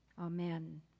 Amen